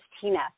Tina